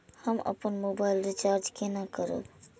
हम अपन mobile recharge केना करब?